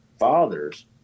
fathers